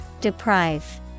Deprive